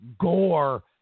Gore